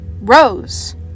Rose